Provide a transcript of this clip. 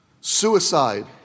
suicide